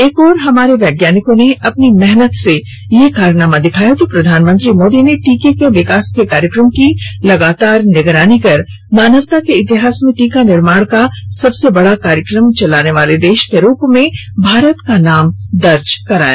एक ओर हमारे वैज्ञानिकों ने अपनी मेहनत से ये कारनाम दिखाया तो प्रधानमंत्री मोदी ने टीके के विकास के कार्यक्रम की लगातार निगरानी कर मानवता के इतिहास में टीका निर्माण का सबसे बड़ा कार्यक्रम चलाने वाले देश के रूप में भारत का नाम दर्ज कराया